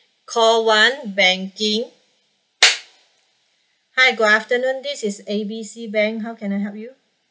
call one banking hi good afternoon this is A B C bank how can I help you